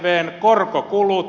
ervvn korkokulut